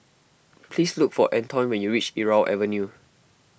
please look for Antoine when you reach Irau Avenue